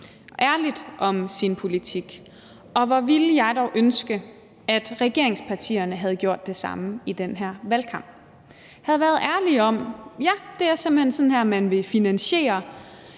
ærligt om vores politik. Og hvor ville jeg dog ønske, at regeringspartierne havde gjort det samme i den her valgkamp, altså havde været ærlige om det og havde sagt: Ja, det